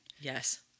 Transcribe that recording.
Yes